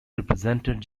represented